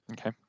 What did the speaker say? Okay